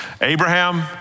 Abraham